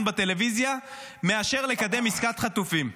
בטלוויזיה מאשר לקדם עסקת חטופים,